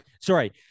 Sorry